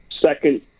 second